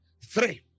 Three